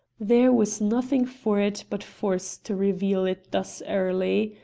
there was nothing for it but force to reveal it thus early.